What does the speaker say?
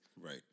Right